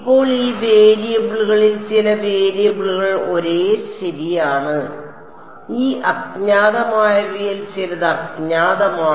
ഇപ്പോൾ ഈ വേരിയബിളുകളിൽ ചില വേരിയബിളുകൾ ഒരേ ശരിയാണ് ഈ അജ്ഞാതമായവയിൽ ചിലത് അജ്ഞാതമാണ്